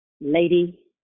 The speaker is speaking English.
Lady